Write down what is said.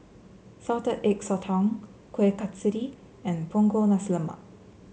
Salted Egg Sotong Kueh Kasturi and Punggol Nasi Lemak